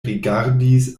rigardis